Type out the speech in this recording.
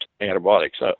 antibiotics